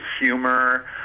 humor